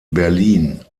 berlin